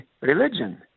religion